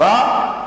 מה?